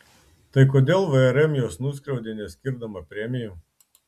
tai kodėl vrm juos nuskriaudė neskirdama premijų